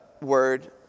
word